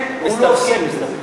הוא לא עוסק בזה.